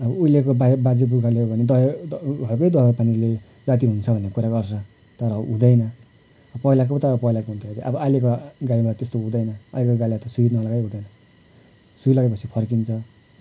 अब उहिलेको बा बाजे पुर्खाहरूले हो भने त द घरमै दबाईपानीले जाती हुन्छ भन्ने कुरा गर्छ तर हुँदैन पहिलाको पो त पहिलाको हुन्थ्यो अरे अब आहिलेको गाईमा त्यस्तो हुँदैन अहिलेको गाईलाई त सुई नलगाइ हुँदैन सुई लगाएपछि फर्किन्छ